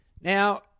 Now